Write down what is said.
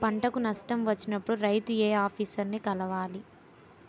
పంటకు నష్టం వచ్చినప్పుడు రైతు ఏ ఆఫీసర్ ని కలవాలి?